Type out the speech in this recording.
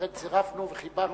לכן צירפנו וחיברנו.